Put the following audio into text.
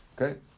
Okay